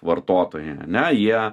vartotojai ane jie